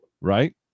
Right